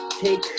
take